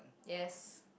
yes